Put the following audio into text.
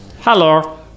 Hello